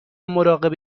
مراقب